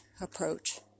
approach